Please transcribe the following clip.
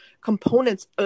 components